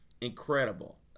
Incredible